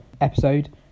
episode